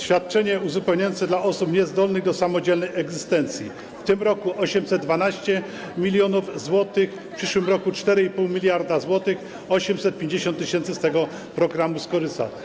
Świadczenie uzupełniające dla osób niezdolnych do samodzielnej egzystencji - w tym roku 812 mln zł, w przyszłym roku - 4,5 mld zł. 850 tys. z tego programu skorzystało.